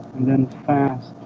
and then fast